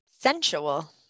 Sensual